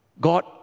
God